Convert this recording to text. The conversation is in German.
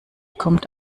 kommt